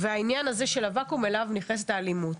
וזה העניין הזה של הוואקום אליו נכנסת האלימות.